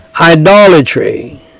idolatry